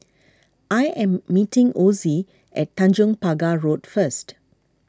I am meeting Osie at Tanjong Pagar Road first